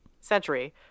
century